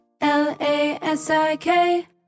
L-A-S-I-K